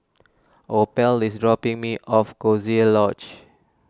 Opal is dropping me off Coziee Lodge